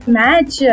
match